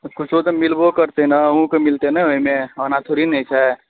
किछो तऽ मिलबो करतै ने अहुँ कऽ मिलतै ने ओहिमे ओना थोड़ी ने होइ छै